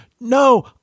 No